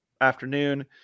afternoon